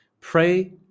Pray